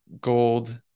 gold